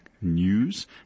news